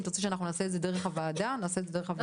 אם את רוצה שנעשה את זה דרך הוועדה אז נעשה את זה דרך הוועדה.